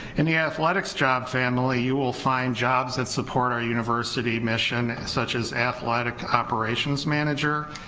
in the athletics job family you will find jobs that support our university mission such as athletic operations manager,